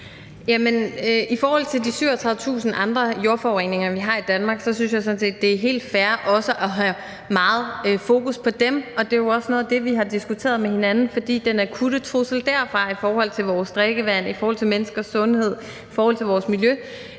I forhold til de 37.000 andre jordforureninger, vi har i Danmark, synes jeg sådan set, det er helt fair også at have meget fokus på dem, og det er jo også noget af det, vi har diskuteret med hinanden. For den akutte trussel derfra i forhold til vores drikkevand, i forhold til menneskers sundhed og i forhold til vores miljø